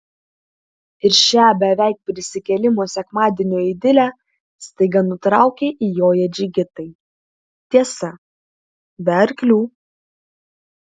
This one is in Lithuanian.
ir šią beveik prisikėlimo sekmadienio idilę staiga nutraukia įjoję džigitai tiesa be arklių